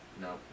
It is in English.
No